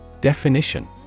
Definition